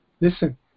listen